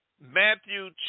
Matthew